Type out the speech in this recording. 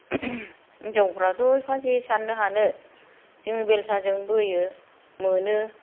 हिनजावफ्राथ' एफा जे सारनो हानो जोङो बेलसाजों बोयो मोनो